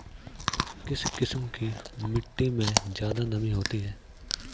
किस किस्म की मिटटी में ज़्यादा नमी होती है?